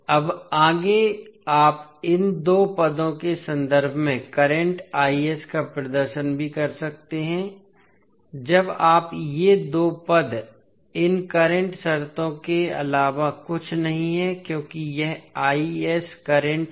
अब आगे आप इन दो पदों के संदर्भ में करंट का प्रदर्शन भी कर सकते हैं जब आप ये दो पद इन करंट शर्तों के अलावा कुछ नहीं हैं क्योंकि यह करंट है